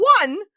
one